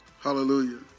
Hallelujah